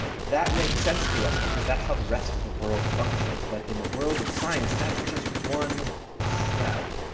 that makes sense to us because that's how the rest of the world functions. but in the world of science, that's just one step